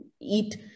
eat